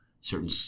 certain